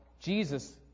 Jesus